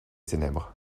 ténèbres